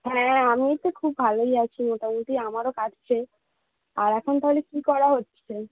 হ্যাঁ আমি তো খুব ভালোই আছি মোটামোটি আমারও কাটছে আর এখন তাহলে কী করা হচ্ছে